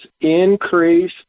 increase